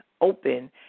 open